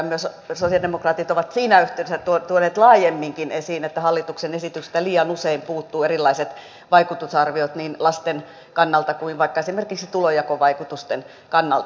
myös sosialidemokraatit ovat siinä yhteydessä tuoneet laajemminkin esiin että hallituksen esityksistä liian usein puuttuvat erilaiset vaikutusarviot niin lasten kannalta kuin vaikka esimerkiksi tulonjakovaikutusten kannalta